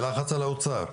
בלחץ על האוצר,